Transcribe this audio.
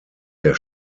der